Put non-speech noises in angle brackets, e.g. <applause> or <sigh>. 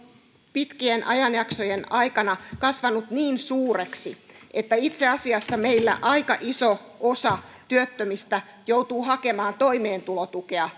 pitkien ajanjaksojen aikana kasvanut niin suureksi että itse asiassa meillä aika iso osa työttömistä joutuu hakemaan toimeentulotukea <unintelligible>